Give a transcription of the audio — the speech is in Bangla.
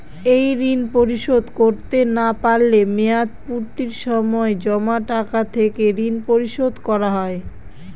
এই ঋণ পরিশোধ করতে না পারলে মেয়াদপূর্তির সময় জমা টাকা থেকে ঋণ পরিশোধ করা হয়?